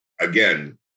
again